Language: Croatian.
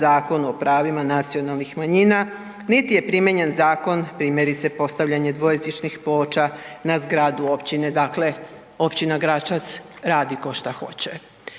zakonu o pravima nacionalnih manjina niti je primijenjen zakon primjerice, postavljanje dvojezičnih ploča na zgradu općine. Dakle, općina Gračac, radi ko šta hoće.